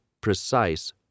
precise